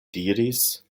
diris